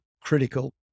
critical